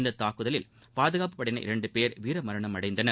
இந்த தாக்குதலில் பாதுகாப்புப் படையினர் இரண்டு பேர் வீர மரணம் அடைந்தனர்